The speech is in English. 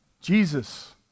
jesus